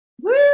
Woo